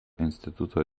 instituto